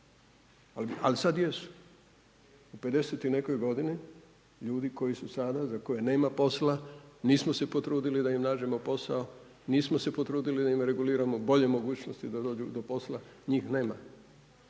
Ali sad jesu. U 50 i nekoj godini, ljudi koji su sada za koje nema posla nismo se potrudili da im nađemo posao, nismo se potrudili da im reguliramo bolje mogućnosti da dođu do posla njih nema